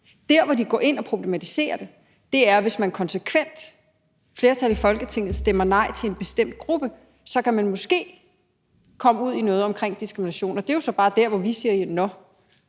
Det, de går ind og problematiserer, er, hvis man konsekvent, et flertal i Folketinget, stemmer nej til en bestemt gruppe, for så kan man måske komme ud i noget omkring diskrimination. Det er jo så bare til det, vi siger: Nå,